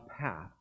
path